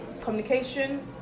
communication